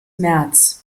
märz